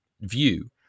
view